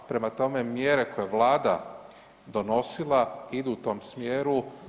Prema tome, mjere koje je Vlada donosila idu u tom smjeru.